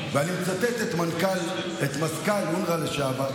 ואני מצטט את מזכ"ל אונר"א לשעבר,